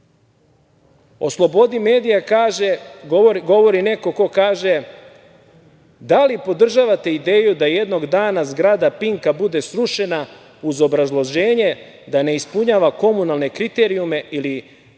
slobodi medija govori neko ko kaže – da li podržavate ideju da jednog dana zgrada Pinka bude srušena uz obrazloženje da ne ispunjava komunalne kriterijume ili drugog